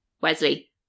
Wesley